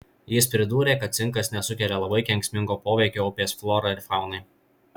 jis pridūrė kad cinkas nesukelia labai kenksmingo poveikio upės florai ir faunai